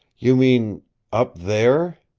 you mean up there?